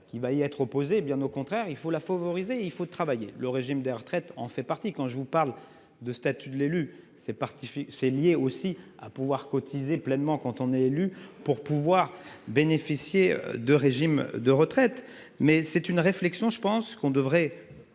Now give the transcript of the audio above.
qui va y être opposé, bien au contraire, il faut la favoriser. Il faut travailler le régime des retraites en fait partie. Quand je vous parle de statut de l'élu, c'est parti, c'est lié aussi à pouvoir cotiser pleinement quand on est élu pour pouvoir bénéficier de régimes de retraite. Mais c'est une réflexion, je pense qu'on devrait